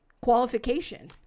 qualification